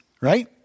right